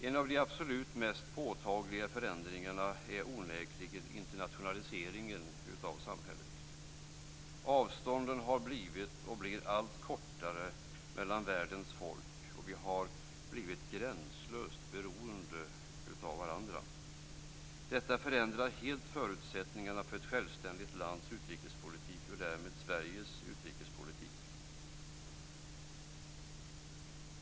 En av de absolut mest påtagliga förändringarna är onekligen internationaliseringen av samhället. Avstånden mellan världens folk har blivit, och blir, allt kortare. Vi har blivit gränslöst beroende av varandra. Detta förändrar helt förutsättningarna för ett självständigt lands utrikespolitik - och därmed för Sveriges utrikespolitik.